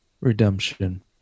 Redemption